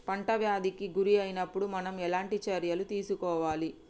పంట వ్యాధి కి గురి అయినపుడు మనం ఎలాంటి చర్య తీసుకోవాలి?